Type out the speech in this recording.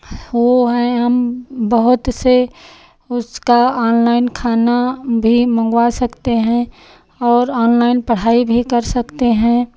वो हैं हम बहुत से उसका ऑनलाइन खाना भी मंगवा सकते हैं और ऑनलाइन पढ़ाई भी कर सकते हैं